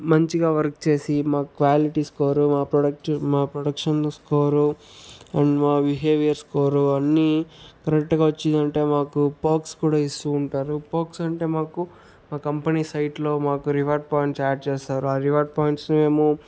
మంచిగా వర్క్ చేసి మా క్వాలిటీ స్కోరు మా ప్రొడక్టివ్ మా ప్రొడక్షన్ స్కోరు అండ్ మా బిహేవియర్ స్కోరు అన్నీ కరెక్ట్గా వచ్చిదంటే మాకు పర్క్స్ కూడా ఇస్తూ ఉంటారు పర్క్స్ అంటే మాకు మా కంపెనీ సైట్లో మాకు రివార్డ్ పాయింట్స్ యాడ్ చేస్తారు ఆ రివార్డ్ పాయింట్స్ మేము